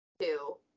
two